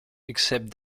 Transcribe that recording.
except